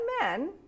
men